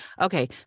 Okay